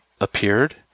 appeared